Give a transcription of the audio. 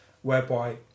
whereby